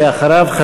ואחריו,